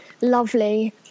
lovely